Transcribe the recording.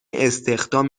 استخدام